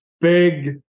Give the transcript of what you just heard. Big